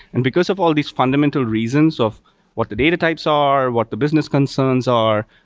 and because of all these fundamental reasons of what the data types are, what the business concerns are,